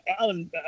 Alan